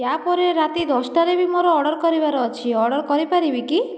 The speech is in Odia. ୟା ପରେ ରାତି ଦଶଟାରେ ବି ମୋର ଅର୍ଡ଼ର କରିବାର ଅଛି ଅର୍ଡ଼ର କରିପାରିବି କି